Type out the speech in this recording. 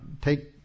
take